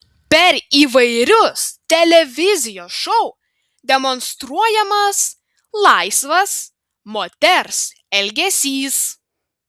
per įvairius televizijos šou demonstruojamas laisvas moters elgesys